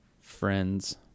Friends